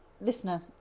listener